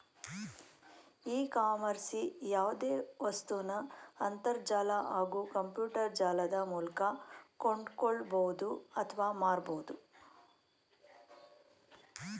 E ಕಾಮರ್ಸ್ಲಿ ಯಾವ್ದೆ ವಸ್ತುನ ಅಂತರ್ಜಾಲ ಹಾಗೂ ಕಂಪ್ಯೂಟರ್ಜಾಲದ ಮೂಲ್ಕ ಕೊಂಡ್ಕೊಳ್ಬೋದು ಅತ್ವ ಮಾರ್ಬೋದು